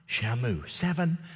Shamu—seven